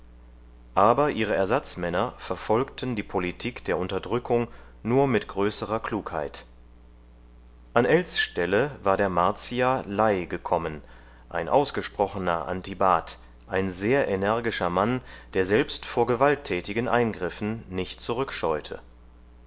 aber ihre ersatzmänner verfolgten die politik der unterdrückung nur mit größerer klugheit an ells stelle war der martier lei gekommen ein ausgesprochener antibat ein sehr energischer mann der selbst vor gewalttätigen eingriffen nicht